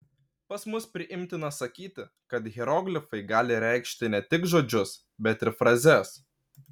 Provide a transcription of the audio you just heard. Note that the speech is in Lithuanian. pas mus priimtina sakyti kad hieroglifai gali reikšti ne tik žodžius bet ir frazes